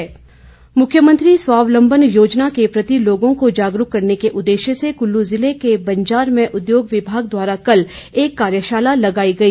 कार्यशाला मुख्यमंत्री स्वाबलंबन योजना के प्रति लोगों को जागरूक करने के उदेश्य से कुल्लु जिले के बंजार में उद्योग विमाग द्वारा एक कार्यशाला लगाई गई